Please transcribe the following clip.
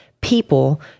people